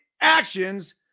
actions